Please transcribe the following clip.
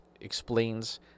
explains